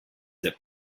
that